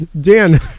Dan